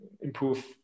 improve